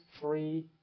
three